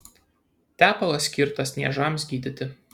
tepalas skirtas niežams gydyti